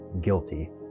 guilty